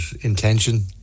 intention